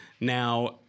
Now